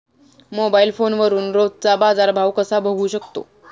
Mobile फोनवरून रोजचा बाजारभाव कसा बघू शकतो?